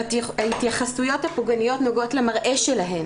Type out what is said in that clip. ההתייחסויות הפוגעניות נוגעות למראה שלהן.